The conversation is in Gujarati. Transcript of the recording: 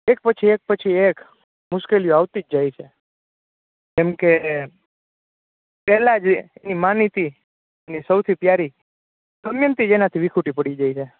એક પછી એક પછી એક મુશ્કેલીઓ આવતી જ જાય છે જેમકે પહેલા જે એની માનીતી એની સૌથી પ્યારી દમયંતી જ એનાથી વિખુટી પડી જાય છે